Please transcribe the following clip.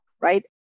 right